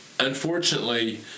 Unfortunately